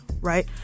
Right